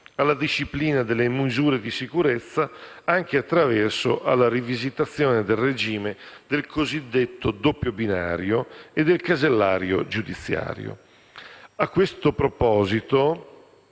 alla disciplina delle misure di sicurezza, anche attraverso la rivisitazione del regime del cosiddetto doppio binario, e del casellario giudiziario. A questo proposito